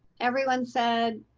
everyone said